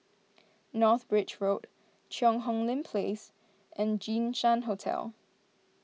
North Bridge Road Cheang Hong Lim Place and Jinshan Hotel